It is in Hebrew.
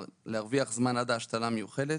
להרוויח זמן עד ההשתלה המיוחלת.